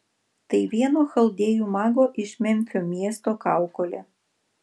tai vieno chaldėjų mago iš memfio miesto kaukolė